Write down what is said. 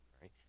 right